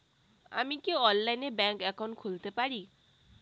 আমি কি অনলাইনে ব্যাংক একাউন্ট খুলতে পারি?